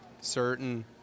certain